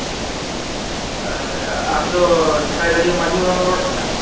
ᱟᱢ ᱫᱚ ᱡᱷᱟᱲᱟᱜᱟᱹᱲᱭᱟᱹ ᱢᱟᱹᱡᱷᱤ ᱵᱟᱵᱟᱢ ᱨᱚᱲ ᱠᱟᱱᱟ